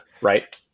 right